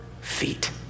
feet